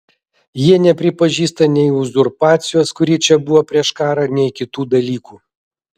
jie nepripažįsta nei uzurpacijos kuri čia buvo prieš karą nei kitų dalykų